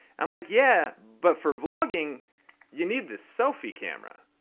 i'm like yeah, but for vlogging you need this selfie camera.